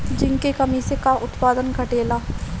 Zinc की कमी से का उत्पादन घटेला?